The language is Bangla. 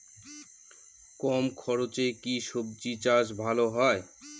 কম খরচে কি সবজি চাষ ভালো হয়?